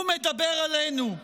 הוא מדבר עלינו.